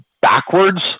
backwards